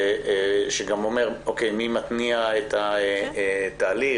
שאומר מי מתניע את התהליך,